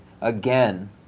again